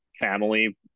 family